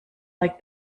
like